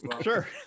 sure